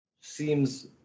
seems